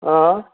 હં